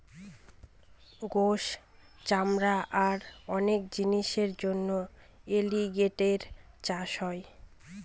গোস, চামড়া আর অনেক জিনিসের জন্য এলিগেটের চাষ হয়